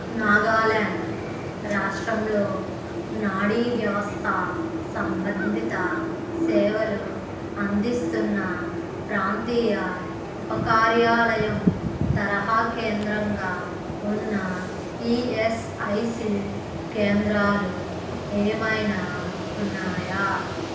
నాగాల్యాండ్ రాష్టంలో నాడీ వ్యవస్థ సంబంధిత సేవలు అందిస్తున్న ప్రాంతీయ ఉపకార్యాలయం తరహా కేంద్రంగా ఉన్న ఈఎస్ఐసి కేంద్రాలు ఏమయినా ఉన్నాయా